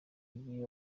igihe